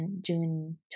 June